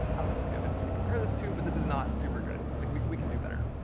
i don't know if you have anything to compare this to, but this is not super good. like we we can do better.